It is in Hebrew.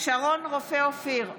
שרון רופא אופיר,